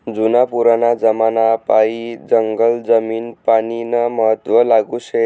जुना पुराना जमानापायीन जंगल जमीन पानीनं महत्व लागू शे